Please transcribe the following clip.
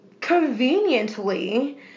conveniently